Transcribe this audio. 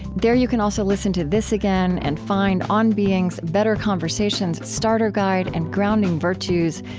there you can also listen to this again and find on being's better conversations starter guide and grounding virtues.